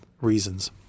reasons